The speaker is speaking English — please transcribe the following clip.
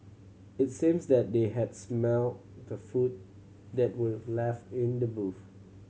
it seemed that they had smelt the food that were left in the boot